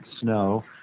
snow